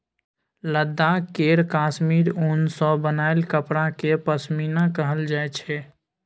लद्दाख केर काश्मीर उन सँ बनाएल कपड़ा केँ पश्मीना कहल जाइ छै